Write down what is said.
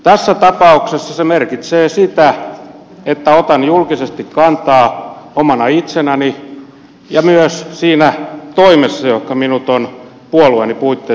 tässä tapauksessa se merkitsee sitä että otan julkisesti kantaa omana itsenäni ja myös siinä toimessa johonka minut on puolueeni puitteissa valittu